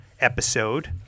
episode